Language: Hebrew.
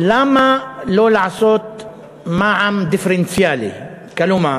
למה לא לעשות מע"מ דיפרנציאלי, כלומר